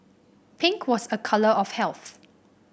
pink was a colour of health